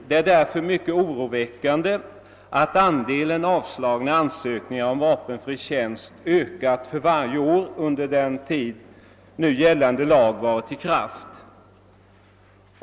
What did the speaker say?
Det är därför mycket oroväckande att andelen avslagna ansökningar om vapenfri tjänst ökat för varje år under den tid gällande lag har varit i kraft.